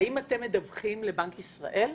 האם אתם מדווחים לבנק ישראל?